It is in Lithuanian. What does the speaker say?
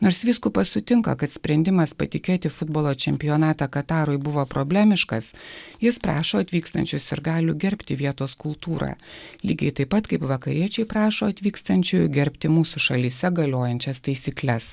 nors vyskupas sutinka kad sprendimas patikėti futbolo čempionatą katarui buvo problemiškas jis prašo atvykstančių sirgalių gerbti vietos kultūrą lygiai taip pat kaip vakariečiai prašo atvykstančiųjų gerbti mūsų šalyse galiojančias taisykles